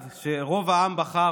בצד השני היו בלי סוף הפרעות,